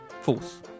False